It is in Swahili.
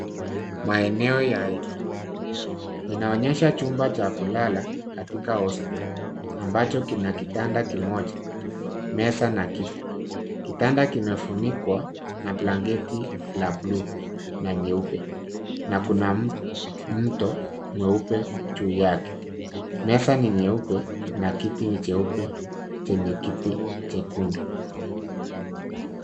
Maeneo ya elimu. Inaonyesha chumba cha kulala katika hostel ambacho kina kitanda kimoja, meza na kiti. Kitanda kimefunikwa na blanketi la buluu na nyeupe na kuna mto mweupe juu yake. Meza ni nyeupe na kiti ni cheupe chenye kiti chekundu.